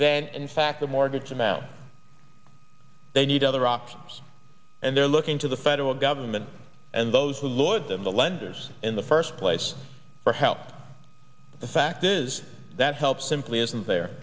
than in fact the mortgage amount they need other options and they're looking to the federal government and those who lloyd them the lenders in the first place for help the fact is that help simply isn't the